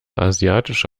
asiatische